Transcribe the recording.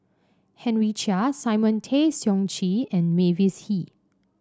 Henry Chia Simon Tay Seong Chee and Mavis Hee